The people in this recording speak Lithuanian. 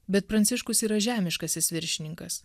bet pranciškus yra žemiškasis viršininkas